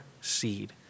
seed